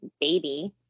baby